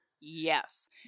Yes